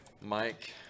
Mike